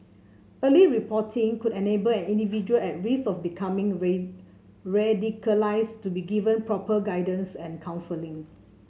early reporting could enable an individual at risk of becoming radicalised to be given proper guidance and counselling